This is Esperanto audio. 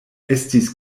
estis